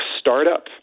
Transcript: startup